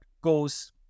goes